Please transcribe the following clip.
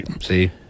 See